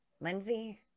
Lindsay